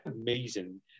amazing